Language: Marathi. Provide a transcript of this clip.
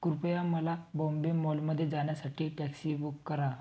कृपया मला बॉम्बे मॉलमध्ये जाण्यासाठी टॅक्सी बुक करा